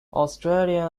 australian